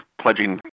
pledging